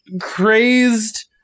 crazed